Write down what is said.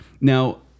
Now